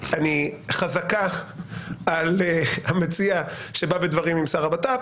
חזקה על המציע שב בדברים עם השר לביטחון